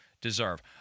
deserve